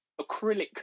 acrylic